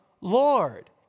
Lord